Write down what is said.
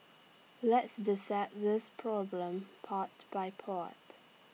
let's dissect this problem part by part